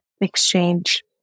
exchange